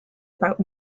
about